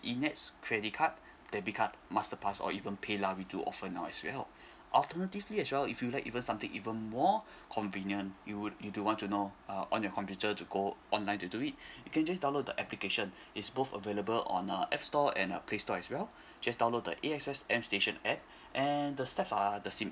enets credit card debit card masterpass or even paylah we do offer now as well alternatively as well if you like even something even more convenient you would you do want to know uh on your computer to go online to do it you can just download the application is both available on a app store and a playstore as well just download the A_X_S m station at and the steps are the same